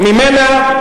ממנה,